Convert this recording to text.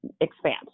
expand